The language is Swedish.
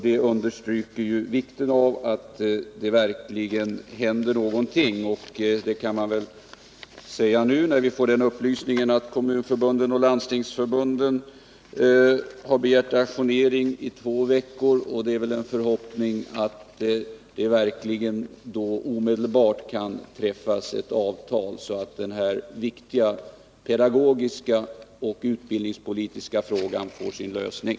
Det understryker vikten av att det verkligen händer något, och när vi nu fått upplysningen att Kommunförbundet och Landstingsförbundet har begärt ajournering i två veckor, så är förhoppningen att det omedelbart efter dessa veckor kan träffas ett avtal så att denna viktiga pedagogiska och utbildningspolitiska fråga får sin lösning.